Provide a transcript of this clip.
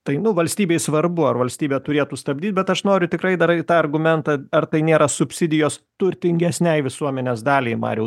tai nu valstybei svarbu ar valstybė turėtų stabdyt bet aš noriu tikrai dar ir tą argumentą ar tai nėra subsidijos turtingesnei visuomenės daliai mariau